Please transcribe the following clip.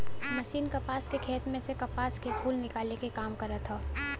machine कपास के खेत में से कपास के फूल निकाले क काम करत हौ